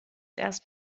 erst